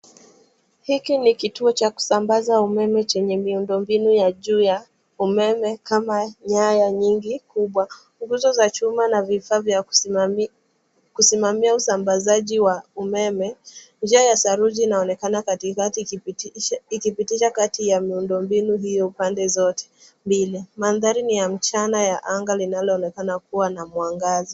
Hiki ni kituo cha kusambaza umeme chenye miundombinu ya juu ya umeme kama nyaya nyingi kubwa. Nguzo za chuma na vifaa vya kusimamia usambazaji wa umeme. Njia ya saruji inaonekana katikati ikipitisha kati ya miundombinu hiyo pande zote mbili. Manthari ni ya mchana ya anga linaloonekana kuwa na mwangaza.